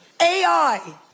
AI